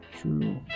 True